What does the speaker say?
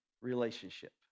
relationship